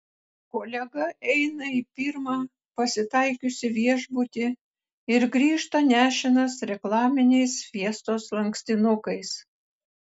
kolega eina į pirmą pasitaikiusį viešbutį ir grįžta nešinas reklaminiais fiestos lankstinukais